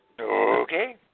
Okay